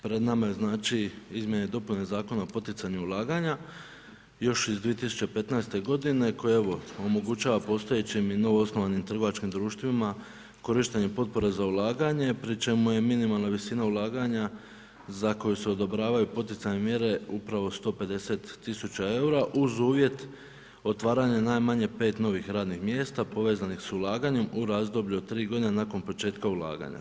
Pred nama je izmjene i dopune Zakona o poticanju ulaganja još iz 2015. godine koji evo omogućava postojećim i novoosnovanim trgovačkim društvima korištenje potpore za ulaganje pri čemu je minimalna visina ulaganja za koju se odobravaju poticajne mjere upravo 150 tisuća eura uz uvjet otvaranje najmanje 5 novih radnih mjesta povezanih s ulaganjem u razdoblju od 3 godine nakon početka ulaganja.